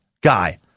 guy